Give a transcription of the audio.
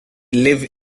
live